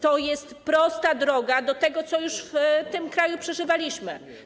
To jest prosta droga do tego, co już w tym kraju przeżywaliśmy.